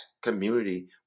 community